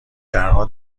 درها